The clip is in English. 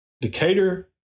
Decatur